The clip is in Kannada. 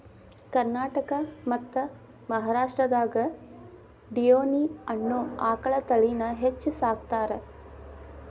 ಕರ್ನಾಟಕ ಮತ್ತ್ ಮಹಾರಾಷ್ಟ್ರದಾಗ ಡಿಯೋನಿ ಅನ್ನೋ ಆಕಳ ತಳಿನ ಹೆಚ್ಚ್ ಸಾಕತಾರ